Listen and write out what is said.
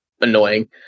annoying